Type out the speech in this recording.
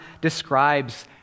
describes